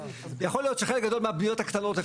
יכול להיות שחלק גדול מהבניות הקטנות,